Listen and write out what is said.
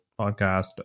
Podcast